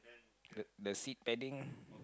look does he padding